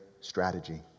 strategy